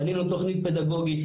בנינו תוכנית פדגוגית,